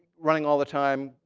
running all the time,